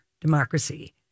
democracy